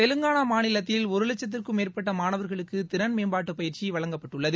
தெலுங்காளா மாநிலத்தில் ஒரு லட்சத்துக்கும் மேற்பட்ட மாணவர்களுக்கு திறன் மேம்பாட்டு பயிற்சி வழங்கப்பட்டுள்ளது